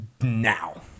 now